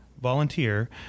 volunteer